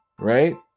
Right